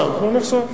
לא נחסך.